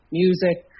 music